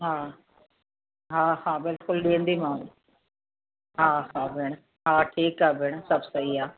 हा हा हा बिल्कुलु ॾींदीमांव हा हा भेण हा ठीकु आहे भेण सभु सही आहे